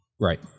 Right